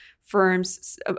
firms